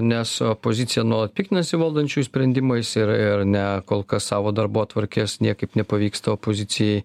nes opozicija nuolat piktinasi valdančiųjų sprendimais ir ir ne kol kas savo darbotvarkės niekaip nepavyksta opozicijai